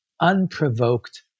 unprovoked